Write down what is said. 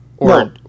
No